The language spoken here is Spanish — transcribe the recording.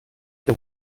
que